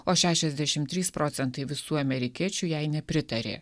o šešiasdešimt trys procentai visų amerikiečių jai nepritarė